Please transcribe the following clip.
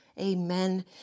Amen